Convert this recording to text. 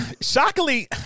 shockingly